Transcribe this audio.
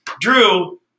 Drew